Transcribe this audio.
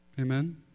Amen